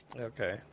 Okay